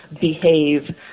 behave